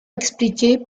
expliqué